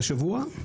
השבוע,